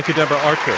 deborah archer.